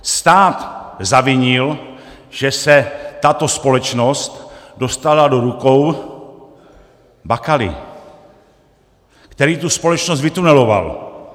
Stát zavinil, že se tato společnost dostala do rukou Bakaly, který tu společnost vytuneloval.